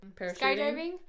Skydiving